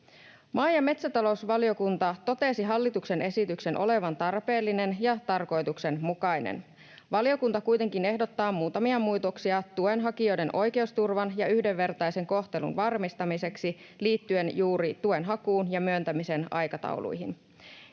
Maa- ja metsätalousvaliokunta totesi hallituksen esityksen olevan tarpeellinen ja tarkoituksenmukainen. Valiokunta kuitenkin ehdottaa muutamia muutoksia tuenhakijoiden oikeusturvan ja yhdenvertaisen kohtelun varmistamiseksi liittyen juuri tuenhakuun ja myöntämisen aikatauluihin.